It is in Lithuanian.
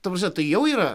ta prasme jau yra